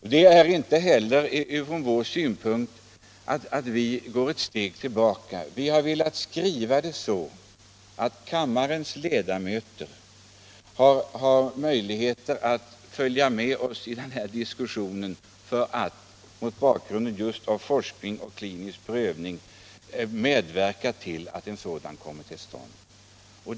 I detta fall har vi inte gått något steg tillbaka, utan vi har skrivit som vi gjort därför att kammarens ledamöter skulle kunna följa med i diskussionen och medverka till att forskning och klinisk prövning kommer till stånd.